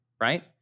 right